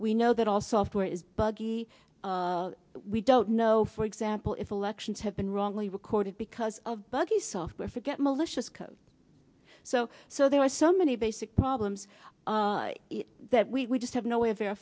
we know that all software is buggy we don't know for example if elections have been wrongly recorded because of buggy software forget malicious code so so there are so many basic problems that we just have no way